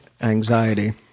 anxiety